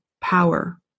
power